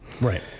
right